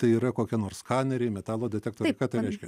tai yra kokie nors skaneriai metalo detektoriai ką tai reiškia